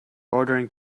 ordering